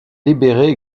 libéré